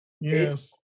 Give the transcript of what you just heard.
Yes